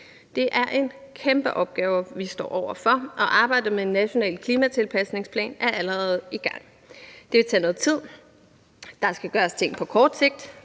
Det er en kæmpe opgave, vi står over for, og arbejdet med en national klimatilpasningsplan er allerede i gang. Det vil tage noget tid. Der skal gøres ting på kort sigt,